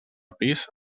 pis